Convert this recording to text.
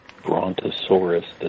Brontosaurus